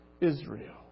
Israel